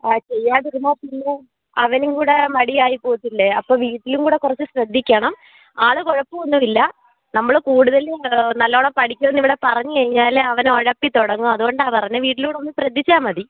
ആ ചെയ്യാതിരുന്നാൽ പിന്നെ അവനും കൂടെ മടിയായി പോകത്തില്ലെ അപ്പം വീട്ടിലും കൂടെ കുറച്ച് ശ്രദ്ധിയ്ക്കണം ആൾ കുഴപ്പമൊന്നുമില്ല നമ്മൾ കൂട്തൽ നല്ലോണം പഠിക്കുന്നുവെന്ന് ഇവിടെ പറഞ്ഞു കഴിഞ്ഞാൽ അവൻ ഉഴപ്പിത്തുടങ്ങും അതുകൊണ്ടാണ് പറഞ്ഞത് വീട്ടിലും ഒന്ന് ശ്രദ്ധിച്ചാൽ മതി